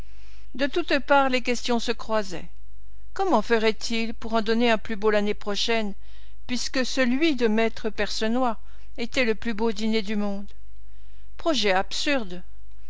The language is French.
de toutes parts les questions se croisaient comment ferait-il pour en donner un plus beau l'année prochaine puisque celui de me percenoix était le plus beau dîner du monde projet absurde